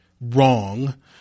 wrong